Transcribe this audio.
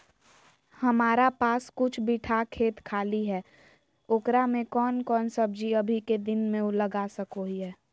हमारा पास कुछ बिठा खेत खाली है ओकरा में कौन कौन सब्जी अभी के दिन में लगा सको हियय?